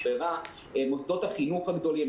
מוסדות החינוך הגדולים,